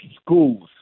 schools